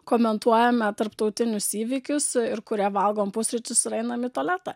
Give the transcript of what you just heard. komentuojame tarptautinius įvykius ir kurie valgom pusryčius ir einam į tualetą